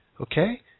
Okay